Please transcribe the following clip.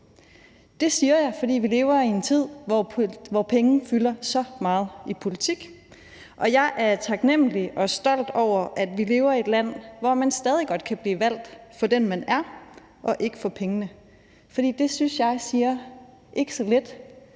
Det siger jeg, fordi vi lever i en tid, hvor penge fylder så meget i politik, og jeg er taknemmelig for og stolt over, at vi lever i et land, hvor man stadig godt kan blive valgt for den, man er, og ikke for pengene, for det synes jeg siger ikke så lidt